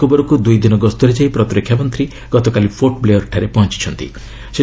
ଆଣ୍ଡାମାନ ନିକୋବରକୁ ଦୁଇ ଦିନ ଗସ୍ତରେ ଯାଇ ପ୍ରତିରକ୍ଷା ମନ୍ତ୍ରୀ ଗତକାଲି ପୋର୍ଟ ବ୍ଲେୟାର୍ଠାରେ ପହଞ୍ଚୁଛନ୍ତି